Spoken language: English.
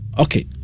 Okay